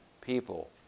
people